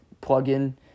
plug-in